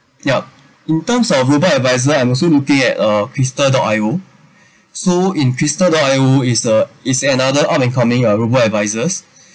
yup in terms of robo adviser I'm also looking at uh crystal dot I O so in crystal dot I_O is the is another up and coming robo advisers